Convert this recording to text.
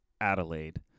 Adelaide